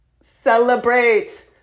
Celebrate